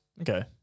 Okay